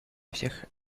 всех